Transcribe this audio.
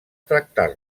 tractar